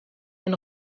den